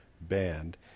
band